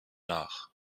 nach